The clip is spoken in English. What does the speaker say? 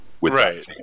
Right